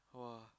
!wah!